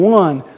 one